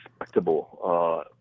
respectable